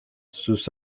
sus